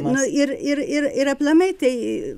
nu ir ir ir ir aplamai tai